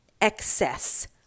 excess